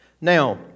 Now